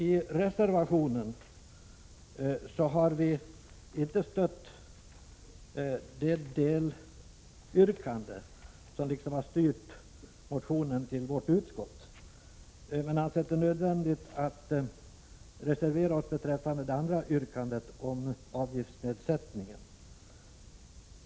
I reservationen har vi inte stött det delyrkande som har styrt motionen till vårt utskott, men vi har ansett det nödvändigt att reservera oss beträffande det andra yrkandet, det om avgiftsnedsättningen.